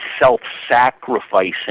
self-sacrificing